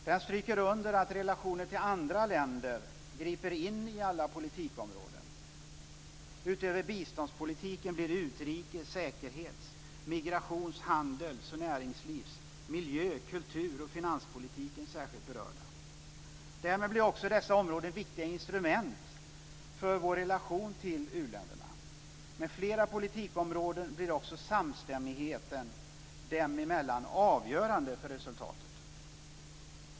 Den stryker under att relationer till andra länder griper in i alla politikområden. Utöver biståndspolitiken blir utrikes-, säkerhets-, migrations-, handels och näringslivs-, miljö-, kultur samt finanspolitiken särskilt berörda. Därmed blir också dessa områden viktiga instrument för vår relation till u-länderna. Med flera politikområden blir också samstämmigheten dem emellan avgörande för resultatet.